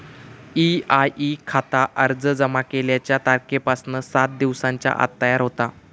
EIE खाता अर्ज जमा केल्याच्या तारखेपासना सात दिवसांच्या आत तयार होता